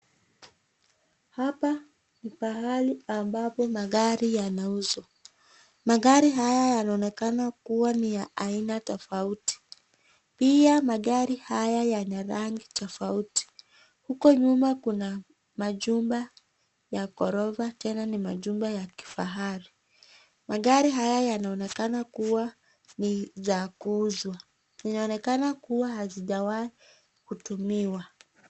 Hapa ni mahali ambapo magari yanauzwa , magari haya yanaonekana kuwa ni ya aina tofauti pia magari haya yana rangi tofauti ,huku nyuma kuna majumba ya ghorofa tena ni majumba ya kifahari , magari haya yanaonekana kuwa ni za kuuzwa inaonekana kuwa hazijawai kutumiwa.